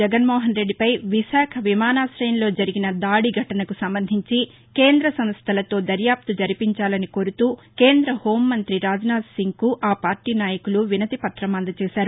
జగన్మోహనరెడ్డిపై విశాఖ విమానాశయంలో జరిగిన దాడి ఘటనకు సంబంధించి కేంద్ర సంస్టలతో దర్యాప్తు జరిపించాలని కోరుతూ కేంద్ర హోంమంతి రాజ్నాధ్ సింగ్కు ఆ పార్టీ నాయకులు వినతి పత్రం అందజేశారు